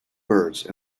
birds